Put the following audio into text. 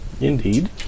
Indeed